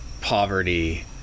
poverty